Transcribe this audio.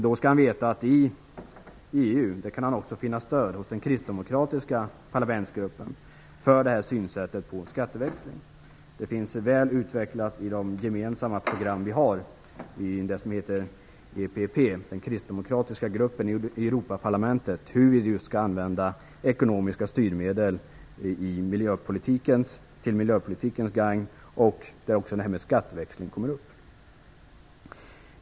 Då skall han veta att han i EU kan finna stöd hos den kristdemokratiska parlamentarikergruppen för den här synen på skatteväxling. Den finns väl utvecklad i de gemensamma program som vi har i det som heter EPP, den kristdemokratiska gruppen i Europaparlamentet, för hur vi skall använda ekonomiska styrmedel till miljöpolitikens gagn. Där kommer också skatteväxling in.